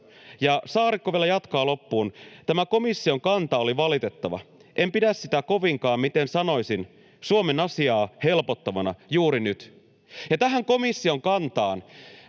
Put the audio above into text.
Ja Saarikko vielä jatkaa loppuun: ”Tämä komission kanta oli valitettava. En pidä sitä kovinkaan, miten sanoisin, Suomen asiaa helpottavana juuri nyt.” — Ja tähän komission kantaan